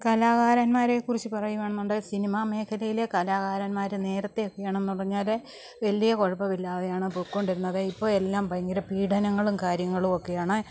കലാകാരന്മാരെക്കുറിച്ച് പറയുകയാണ് എന്നുണ്ടെങ്കിൽ സിനിമാമേഖലയിലെ കലാകാരന്മാർ നേരത്തെയൊക്കെയാണെന്ന് പറഞ്ഞാൽ വലിയ കുഴപ്പം ഇല്ലാതെയാണ് പോയിക്കൊണ്ടിരുന്നത് ഇപ്പോൾ എല്ലാം ഭയങ്കര പീഡനങ്ങളും കാര്യങ്ങളുമൊക്കെയാണ്